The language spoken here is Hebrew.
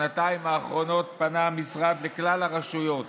בשנתיים האחרונות פנה המשרד לכלל הרשויות